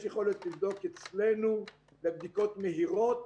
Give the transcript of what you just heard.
יש יכולת לבדוק אצלנו בבדיקות מהירות.